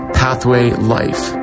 pathwaylife